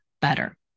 better